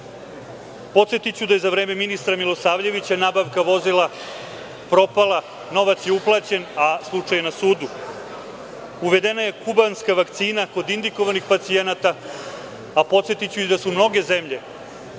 Podsetiću da je za vreme ministra Milosavljevića nabavka vozila propala, novac je uplaćen, a slučaj je na sudu. Uvedena je kubanska vakcina kod indikovanih pacijenata, a podsetiću i da su mnoge zemlje